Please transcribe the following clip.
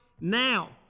now